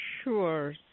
Sure